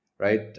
right